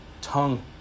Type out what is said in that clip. tongue